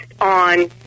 on